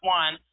one